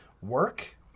work